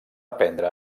aprendre